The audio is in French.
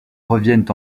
reviennent